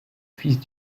fils